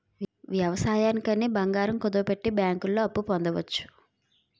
వ్యవసాయానికి అని బంగారం కుదువపెట్టి బ్యాంకుల్లో అప్పు పొందవచ్చు